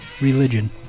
Religion